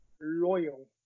loyal